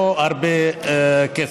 לא הרבה כסף.